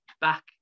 back